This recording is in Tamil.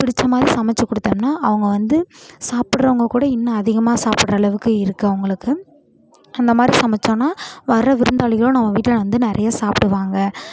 பிடிச்ச மாதிரி சமைத்து கொடுத்தோம்னா அவங்க வந்து சாப்பிட்றவங்க கூட இன்னும் அதிகமாக சாப்பிட்ற அளவுக்கு இருக்கும் அவங்களுக்கு அந்த மாதிரி சமைத்தோம்னா வர விருந்தாளியோ நான் உங்கள் வீட்டில் வந்து நிறைய சாப்பிடுவாங்க